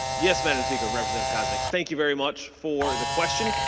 yes mme. and speaker representative koznick thank you very much for the question.